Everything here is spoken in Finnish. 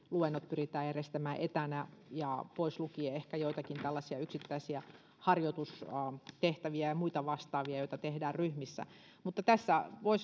luennot pyritään järjestämään pääasiallisesti etänä pois lukien ehkä joitakin tällaisia yksittäisiä harjoitustehtäviä ja muita vastaavia joita tehdään ryhmissä voi